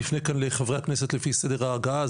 אני אפנה כאן לחברי הכנסת לפי סדר ההגעה,